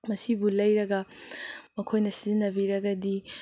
ꯃꯁꯤꯕꯨ ꯂꯩꯔꯒ ꯃꯈꯣꯏꯅ ꯁꯤꯖꯤꯟꯅꯕꯤꯔꯒꯗꯤ